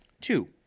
Two